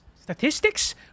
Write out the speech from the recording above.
statistics